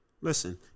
listen